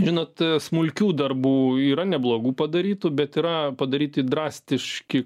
žinot smulkių darbų yra neblogų padarytų bet yra padaryti drastiški